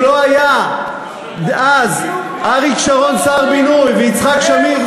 אם לא היו אז אריק שרון שר הבינוי ויצחק שמיר,